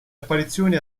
apparizioni